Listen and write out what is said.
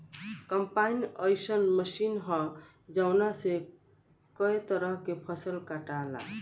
combine अइसन machine ह जवना से कए तरह के फसल कटाला